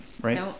right